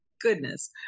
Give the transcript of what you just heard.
goodness